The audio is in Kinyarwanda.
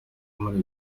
muri